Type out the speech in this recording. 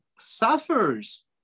suffers